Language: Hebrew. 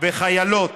וחיילות